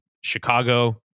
Chicago